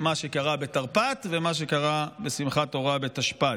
מה שקרה בתרפ"ט ומה שקרה בשמחת תורה בתשפ"ד.